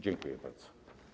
Dziękuję bardzo.